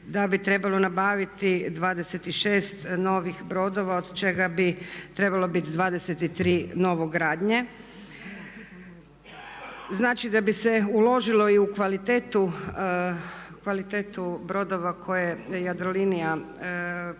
da bi trebalo nabaviti 26 novih brodova od čega bi trebalo biti 23 novogradnje. Znači da bi se uložilo i u kvalitetu brodova koje Jadrolinija će